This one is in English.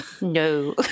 No